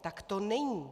Tak to není.